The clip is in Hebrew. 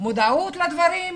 מודעות לדברים,